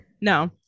no